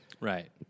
Right